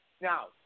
now